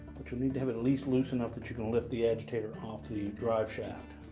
but you'll need to have it at least loosened up that you can lift the agitator off the drive shaft.